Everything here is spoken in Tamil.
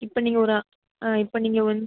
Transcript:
இப்போ நீங்கள் ஒரு இப்போ நீங்கள் வந்